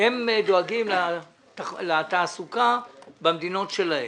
הם דואגים לתעסוקה במדינות שלהם.